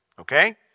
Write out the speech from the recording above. Okay